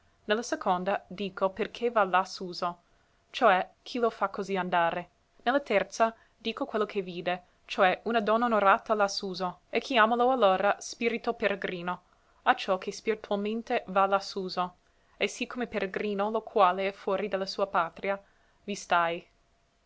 la seconda dico perché va là suso cioè chi lo fa così andare ne la terza dico quello che vide cioè una donna onorata là suso e chiamolo allora spirito peregrino acciò che spiritualmente va là suso e sì come peregrino lo quale è fuori de la sua patria vi stae